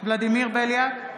ולדימיר בליאק,